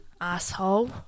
Asshole